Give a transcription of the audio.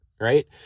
Right